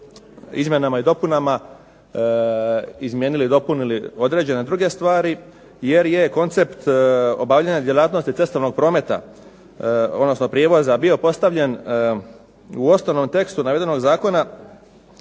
izmjenama i dopunama izmijenili, dopunili određene druge stvari, jer je koncept obavljanja djelatnosti cestovnog prometa, odnosno prijevoza bio postavljen u osnovnom tekstu navedenog zakona,